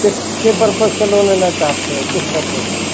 किसके पर्पज़ से लोन लेना चाहते हैं किस पर्पज़ से